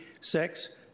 sex